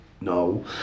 No